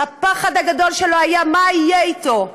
הפחד הגדול שלו היה מה יהיה איתו.